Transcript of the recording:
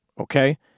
okay